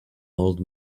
old